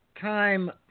time